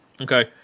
Okay